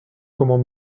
comment